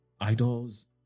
idols